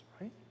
Right